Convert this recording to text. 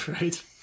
right